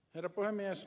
herra puhemies